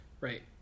Right